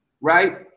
Right